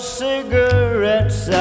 cigarettes